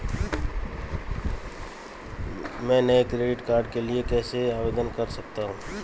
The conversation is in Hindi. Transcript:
मैं नए डेबिट कार्ड के लिए कैसे आवेदन कर सकता हूँ?